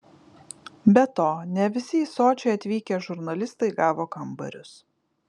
be to ne visi į sočį atvykę žurnalistai gavo kambarius